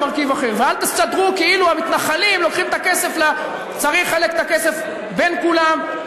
ודיברו פה קודם על זה שהממשלה בקושי הושבעה ביום חמישי,